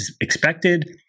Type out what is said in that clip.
expected